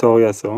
תאוריה זו,